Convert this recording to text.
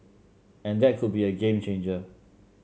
and that could be a game changer